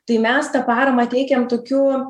tai mes tą paramą teikiam tokiu